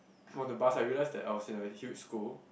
from the bus I realised that I was in a huge school